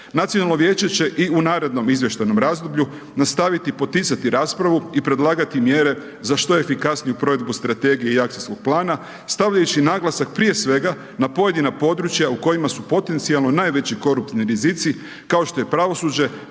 Nacionalno vijeće će i u narednom izvještajnom razdoblju, nastaviti poticati raspravu i predlagati mjere za što efikasniju provedbu strategiju i akcijskog plana, stavljajući naglasak prije svega, na pojedina područja, u kojima su potencijalno najveći koruptivni rizici, kao što je pravosuđe,